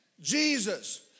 Jesus